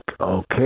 okay